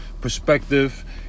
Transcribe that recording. perspective